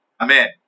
amen